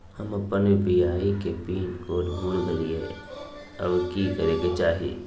हम अपन यू.पी.आई के पिन कोड भूल गेलिये हई, अब की करे के चाही?